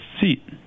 seat